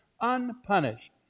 unpunished